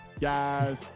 guys